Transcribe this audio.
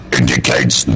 indicates